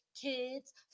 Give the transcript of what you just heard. kids